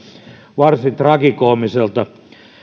varsin tragikoomiselta